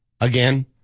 again